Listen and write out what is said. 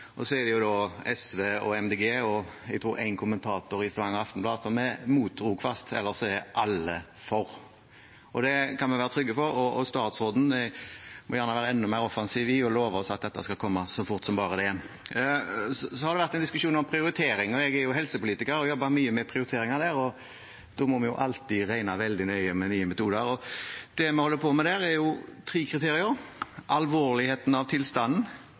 Så er det SV, Miljøpartiet De Grønne og jeg tror en kommentator i Stavanger Aftenblad, som er mot Rogfast, ellers er alle for. Det kan vi være trygge på. Statsråden må gjerne være enda mer offensiv i å love oss at dette skal komme så fort som bare det. Så har det vært en diskusjon om prioriteringer. Jeg er helsepolitiker og har jobbet mye med prioriteringer i forbindelse med det. Vi må alltid regne veldig nøye ved nye metoder, og det vi holder på med der, er tre kriterier: alvorligheten av tilstanden,